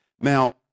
Now